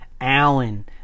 Allen